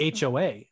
HOA